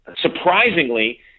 surprisingly